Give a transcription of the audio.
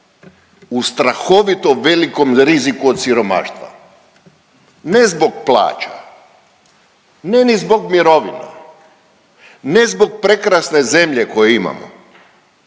u strahovito velikom riziku od siromaštva, ne zbog plaća, ne ni zbog mirovina, ne zbog prekrasne zemlje koju imamo,